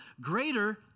greater